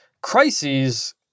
crises